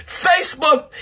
Facebook